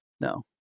no